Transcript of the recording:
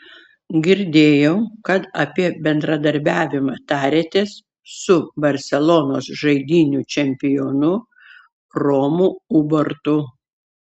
girdėjau kad apie bendradarbiavimą tarėtės su barselonos žaidynių čempionu romu ubartu